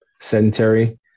sedentary